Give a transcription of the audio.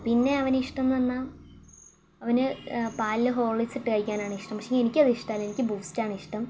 പിന്നെ അവന് ഇഷ്ടമെന്ന് പറഞ്ഞാൽ അവന് പാലില് ഹോർലിക്സ് ഇട്ടുകഴിക്കാനാണിഷ്ടം പക്ഷേ എങ്കിൽ എനിക്കതു ഇഷ്ടമല്ല എനിക്ക് ബൂസ്റ്റാണ് ഇഷ്ട്ടം